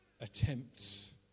attempts